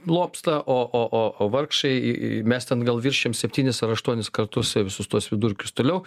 lobsta o o o vargšai į mes ten atgal viršijam septynis ar aštuonis kartus visus tuos vidurkius toliau